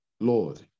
Lord